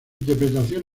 interpretación